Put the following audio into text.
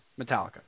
Metallica